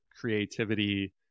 creativity